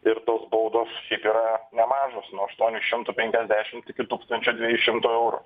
ir tos baudos šiaip yra nemažos nuo aštuonių šimtų penkiasdešimt iki tūkstančio dviejų šimtų eurų